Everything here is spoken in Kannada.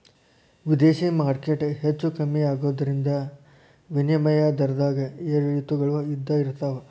ವಿದೇಶಿ ಮಾರ್ಕೆಟ್ ಹೆಚ್ಚೂ ಕಮ್ಮಿ ಆಗೋದ್ರಿಂದ ವಿನಿಮಯ ದರದ್ದಾಗ ಏರಿಳಿತಗಳು ಇದ್ದ ಇರ್ತಾವ